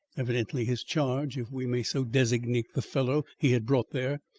evidently his charge, if we may so designate the fellow he had brought there,